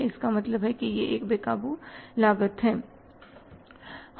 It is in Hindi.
इसका मतलब है कि यह एक बे काबू कारक है